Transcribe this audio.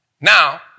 Now